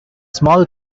small